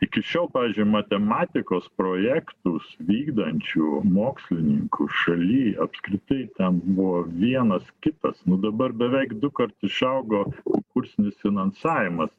iki šiol pavyzdžiui matematikos projektus vykdančių mokslininkų šaly apskritai ten buvo vienas kitas nu dabar beveik dukart išaugo kursinis finansavimas